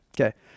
Okay